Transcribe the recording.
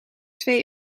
twee